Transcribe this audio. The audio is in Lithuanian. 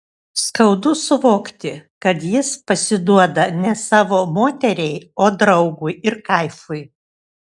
skaudu suvokti kad jis pasiduoda ne savo moteriai o draugui ir kaifui